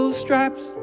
straps